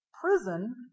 prison